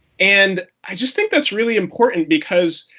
and i just think that's really important. because,